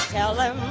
yellow